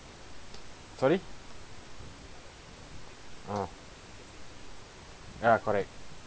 sorry uh ya correct